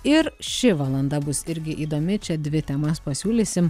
ir ši valanda bus irgi įdomi čia dvi temas pasiūlysim